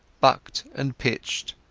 bucked and pitched,